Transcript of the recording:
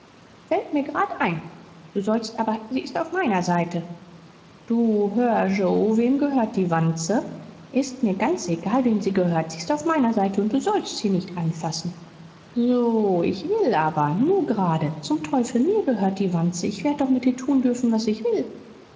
fällt mit grad ein du sollst aber sie ist auf meiner seite du hör joe wem gehört die wanze ist mit ganz egal wem sie gehört sie ist auf meiner seite und du sollst sie nicht anfassen sooo ich will aber nu grade zum teufel mir gehört die wanze ich werd doch mit ihr tun dürfen was ich will